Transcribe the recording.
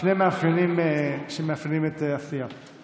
שני מאפיינים שמאפיינים את הסיעה.